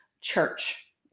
church